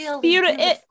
beautiful